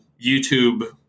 YouTube